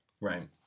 Right